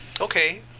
Okay